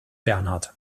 bernhard